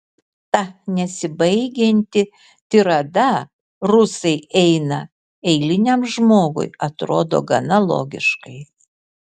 ta nesibaigianti tirada rusai eina eiliniam žmogui atrodo gana logiškai